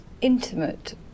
intimate